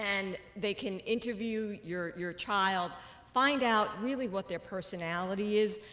and they can interview your your child find out really what their personality is.